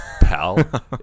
pal